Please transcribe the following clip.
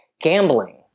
gambling